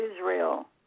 Israel